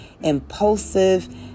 impulsive